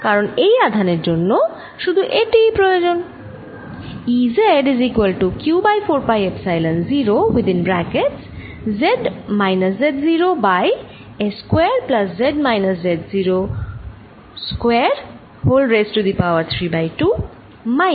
কারণ এই আধানের জন্য শুধু এটিই প্রয়োজন